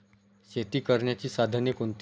शेती करण्याची साधने कोणती?